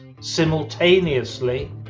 Simultaneously